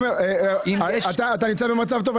אתה נמצא במקום טוב.